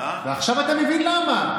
ועכשיו אתה מבין למה.